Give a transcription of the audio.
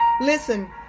Listen